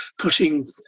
putting